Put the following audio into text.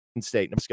state